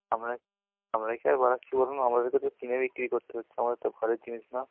আমরা আমরা কি আর বাড়াচ্ছি বলুন আমাদেরকে তো কিনে বিক্রি করতে হচ্ছে আমাদের তো ঘরের জিনিস না